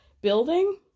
building